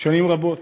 שנים רבות,